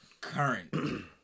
current